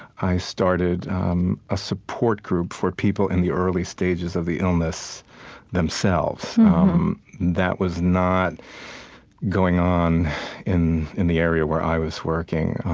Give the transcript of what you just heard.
i started um a support group for people in the early stages of the illness themselves mm-hmm that was not going on in in the area where i was working.